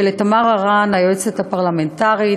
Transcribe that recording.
ולתמר הרן, היועצת הפרלמנטרית.